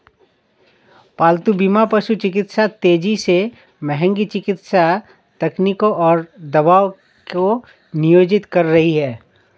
पालतू बीमा पशु चिकित्सा तेजी से महंगी चिकित्सा तकनीकों और दवाओं को नियोजित कर रही है